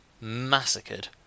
Massacred